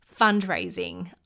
fundraising